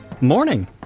Morning